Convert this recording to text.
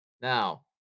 Now